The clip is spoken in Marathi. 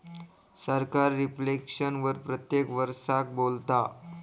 सरकार रिफ्लेक्शन वर प्रत्येक वरसाक बोलता